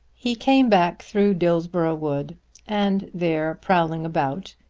he came back through dillsborough wood and there, prowling about,